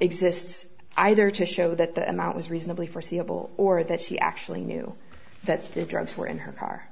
exists either to show that the amount was reasonably forseeable or that he actually knew that the drugs were in her car